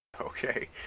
okay